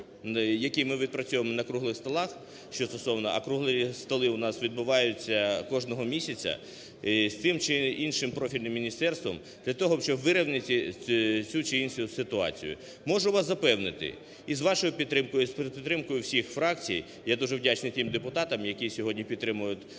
які ми відпрацьовуємо на круглих столах, що стосовно, а круглі столи у нас відбуваються кожного місяця, з тим чи іншим профільним міністерством для того, щоб вирівняти цю чи іншу ситуацію. Можу вас запевнити, і з вашою підтримкою, і з підтримкою всіх фракцій, я дуже вдячний тим депутатам, які сьогодні підтримують